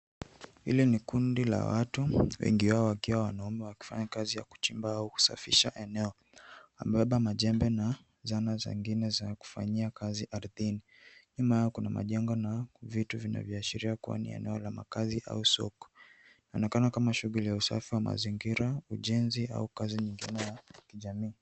Hili ni kundi la watu, wengi wao wakiwa wanaume wakifanya kazi ya kuchimba au kusafisha eneo. Amebeba majembe na zana zingine za kufanyia kazi ardhini. Nyuma yao kuna majengo na vitu vinavyoashiria kuwa ni eneo la makazi au soko. Inaonekana kama shughuli ya usafi wa mazingira, ujenzi au kazi nyingine ya kijamii.